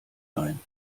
ein